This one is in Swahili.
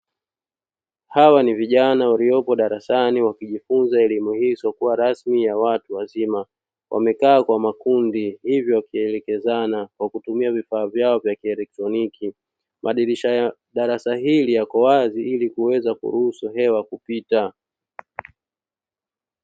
Hawa ni vijana waliopo darasani wakijifunza elimu hizo kuwa rasmi ya watu wazima. Wamekaa kwa makundi, hivyo wakielekezana kwa kutumia vifaa vyao vya kielektroniki. Madirisha ya darasa hili yako wazi ili kuweza kuruhusu hewa kupita.